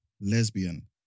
lesbian